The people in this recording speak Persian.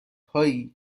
هایی